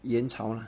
元朝 lah